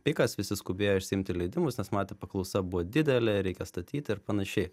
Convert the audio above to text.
pikas visi skubėjo išsiimti leidimus nes matė paklausa buvo didelė reikia statyti ir panašiai